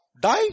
Die